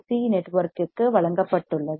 C RC நெட்வொர்க்கிற்கு வழங்கப்பட்டுள்ளது